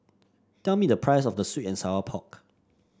tell me the price of sweet and Sour Pork